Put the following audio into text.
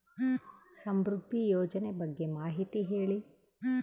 ಸಮೃದ್ಧಿ ಯೋಜನೆ ಬಗ್ಗೆ ಮಾಹಿತಿ ಹೇಳಿ?